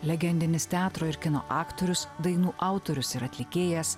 legendinis teatro ir kino aktorius dainų autorius ir atlikėjas